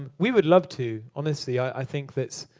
we would love to, honestly. i think that's